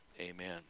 amen